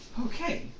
Okay